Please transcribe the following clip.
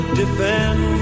defend